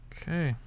Okay